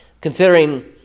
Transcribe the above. Considering